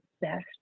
best